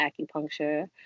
acupuncture